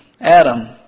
Adam